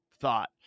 thought